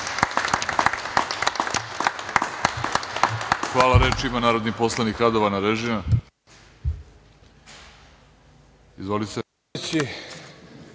Hvala. Reč ima narodni poslanik Radovan Arežina.